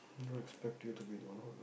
don't expect you to be the one